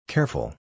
Careful